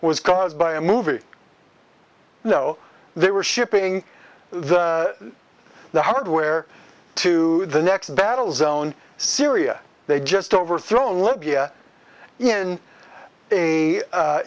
was caused by a movie no they were shipping the the hardware to the next battle zone syria they just overthrown libya in a